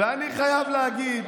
ואני חייב להגיד